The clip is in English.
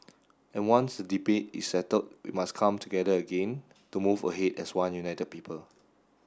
and once the debate is settled we must come together again to move ahead as one united people